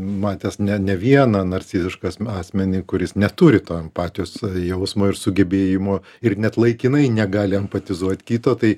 matęs ne ne vieną narcizišką as asmenį kuris neturi to empatijos jausmo ir sugebėjimo ir net laikinai negali empatizuot kito tai